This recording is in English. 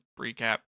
recap